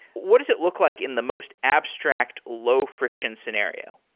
what does it look like in the most abstract, low-friction scenario?